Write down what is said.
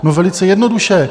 No velice jednoduše.